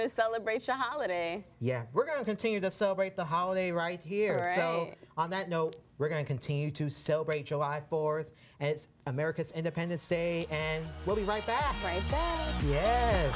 to celebrate a holiday yeah we're going to continue to celebrate the holiday right here on that note we're going to continue to celebrate july fourth and it's america's independence day and we'll be right back